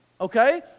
okay